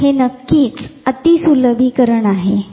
तर हे नक्कीच अति सुलभीकरण आहे